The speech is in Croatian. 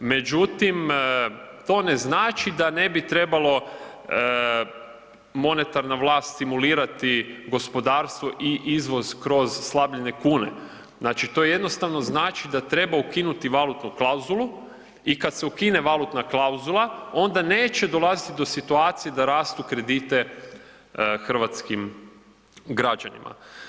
Međutim, to ne znači da ne bi trebalo monetarna vlast stimulirati gospodarstvo i izvoz kroz slabljenje kune, znači to jednostavno znači da treba ukinuti valutnu klauzulu i kada se ukine valutna klauzula onda neće dolaziti do situacije da rastu rate kredita hrvatskim građanima.